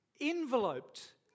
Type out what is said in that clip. enveloped